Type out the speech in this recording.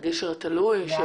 הגשר התלוי.